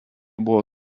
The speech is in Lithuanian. buvo